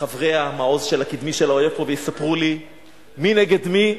חברי המעוז הקדמי של האויב פה ויספרו לי מי נגד מי?